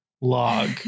log